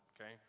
okay